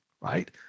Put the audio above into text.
right